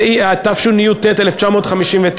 התשי"ט 1959,